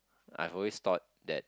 I've always thought that